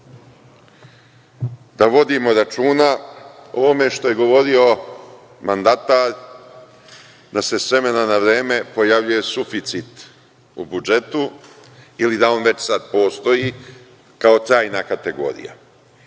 da vodimo računa o ovome što je govorio mandatar, da se s vremena na vreme pojavljuje suficit u budžetu ili da on već sada postoji kao trajna kategorija.